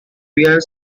where